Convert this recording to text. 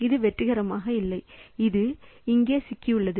இது வெற்றிகரமாக இல்லை அது இங்கே சிக்கியுள்ளது